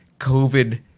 covid